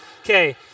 Okay